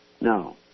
No